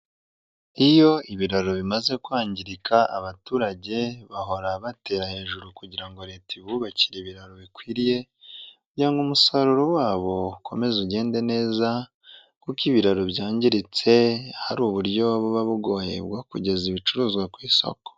Iyo ibiraro bimaze kwangirika abaturage bahora batera hejuru kugira ngo leta ibubakire ibiraro bikwiriye kugira ngo umusaruro wabo ukomeze ugende neza kuko ibiraro byangiritse hari uburyo buba bugoye bwo kugeza ibicuruzwa ku isoko.